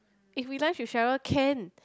if we lunch with Cheryl can